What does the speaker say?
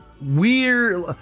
weird